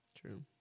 True